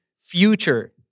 future